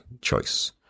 choice